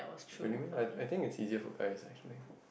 really meh I I think it's easier for guys lah actually